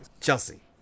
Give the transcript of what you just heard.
Chelsea